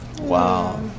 Wow